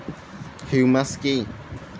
Humus কি?